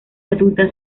adulta